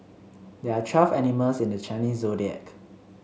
there are twelve animals in the Chinese Zodiac